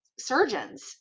surgeons